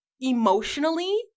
emotionally